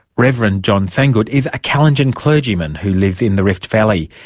reverend john sangut is a kalenjin clergyman who lives in the rift valley.